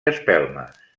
espelmes